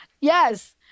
yes